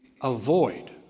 avoid